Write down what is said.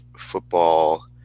Football